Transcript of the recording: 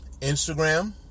Instagram